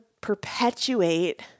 perpetuate